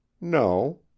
No